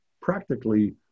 practically